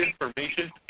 information